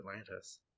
atlantis